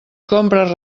compres